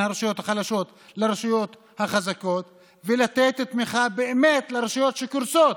הרשויות החלשות לרשויות החזקות ולתת תמיכה באמת לרשויות שקורסות